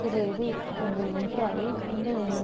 சில இது கொஞ்சம் இம்ப்ரூவ் ஆகி கொஞ்சம்